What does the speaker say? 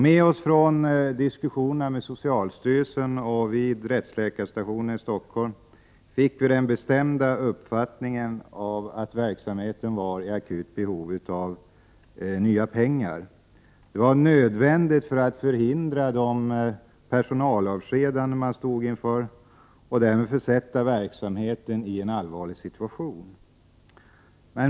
Med oss från diskussionerna med socialstyrelsen och vid rättsläkarstationen i Solna fick vi den bestämda uppfattningen att verksamheten var i akut behov av ytterligare pengar. Det var nödvändigt för att förhindra personalavskedanden man stod inför, varvid verksamheten skulle försättas i en allvarlig situation.